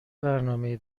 برنامهای